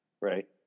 Right